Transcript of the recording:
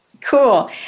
Cool